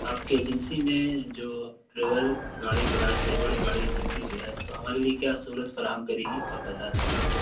آپ کے ایجنسی میں جو ٹریول گاڑی بلال ٹریول گاڑی ایجنسی جو ہے تو ہمارے لیے کیا سہولت فراہم کرے گی آپ بتا دیجیے